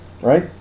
right